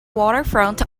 waterfront